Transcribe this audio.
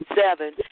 seven